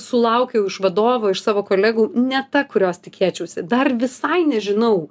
sulaukiau iš vadovo iš savo kolegų ne ta kurios tikėčiausi dar visai nežinau